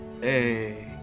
hey